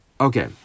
Okay